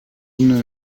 una